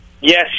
Yes